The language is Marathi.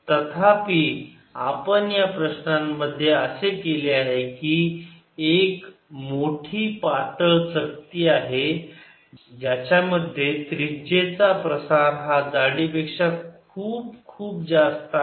तथापि आपण या प्रश्नांमध्ये असे केले आहे की ही एक मोठी पातळ चकती आहे याच्यामध्ये त्रिज्येचा प्रसार हा जाडी पेक्षा खूप खूप जास्त आहे